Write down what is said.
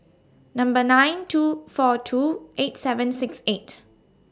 Number nine two four two eight seven six eight